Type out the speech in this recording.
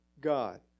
God